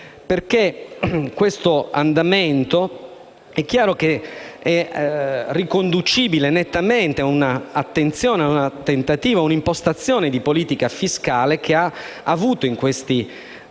che questo andamento è riconducibile nettamente a un'attenzione, a un tentativo e a un'impostazione di politica fiscale che ha avuto in questi anni più